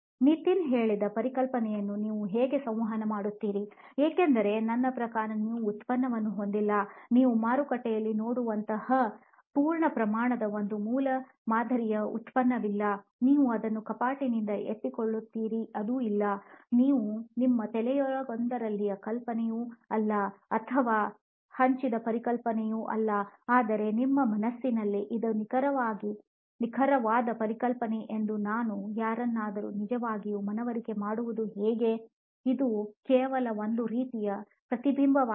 ನಿತಿನ್ ಹೇಳಿದ ಪರಿಕಲ್ಪನೆಯನ್ನು ನೀವು ಹೇಗೆ ಸಂವಹನ ಮಾಡುತ್ತೀರಿ ಏಕೆಂದರೆ ನನ್ನ ಪ್ರಕಾರ ನೀವು ಉತ್ಪನ್ನವನ್ನು ಹೊಂದಿಲ್ಲ ನೀವು ಮಾರುಕಟ್ಟೆಯಲ್ಲಿ ನೋಡುವಂತಹ ಪೂರ್ಣ ಪ್ರಮಾಣದ ಒಂದು ಮೂಲಮಾದರಿಯು ಉತ್ಪನ್ನವಿಲ್ಲಾ ನೀವು ಅದನ್ನು ಕಪಾಟಿನಿಂದ ಎತ್ತಿಕೊಳ್ಳುತ್ತೀರಿ ಅದು ಇಲ್ಲ ಅದು ನಮ್ಮ ತಲೆಯೊಂದರಲ್ಲಿ ಕಲ್ಪನೆಯೂ ಅಲ್ಲ ಅಥವಾ ಹಂಚಿದ ಪರಿಕಲ್ಪನೆಯೂ ಅಲ್ಲ ಆದರೆ ನನ್ನ ಮನಸ್ಸಿನಲ್ಲಿ ಇದು ನಿಖರವಾದ ಪರಿಕಲ್ಪನೆ ಎಂದು ನಾನು ಯಾರನ್ನಾದರೂ ನಿಜವಾಗಿಯೂ ಮನವರಿಕೆ ಮಾಡುವುದು ಹೇಗೆ ಇದು ಕೇವಲ ಒಂದು ರೀತಿಯ ಪ್ರತಿಬಿಂಬವಾಗಿದೆ